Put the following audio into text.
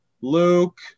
Luke